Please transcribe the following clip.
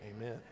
Amen